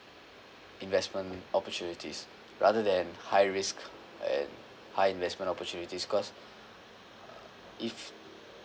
investment opportunities rather than high risk and high investment opportunities cause uh if